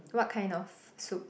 what kind of soup